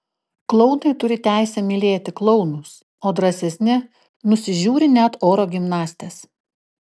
klounai turi teisę mylėti klounus o drąsesni nusižiūri net oro gimnastes